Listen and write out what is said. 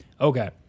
Okay